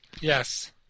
Yes